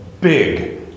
big